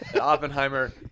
Oppenheimer